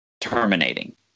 terminating